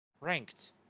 Ranked